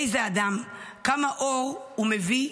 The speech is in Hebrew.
איזה אדם, כמה אור הוא מביא,